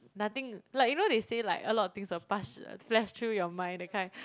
nothing like you know they say like a lot of things will pass flash through your mind that kind